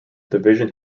division